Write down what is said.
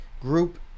group